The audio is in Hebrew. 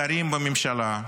שרים בממשלה,